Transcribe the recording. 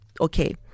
okay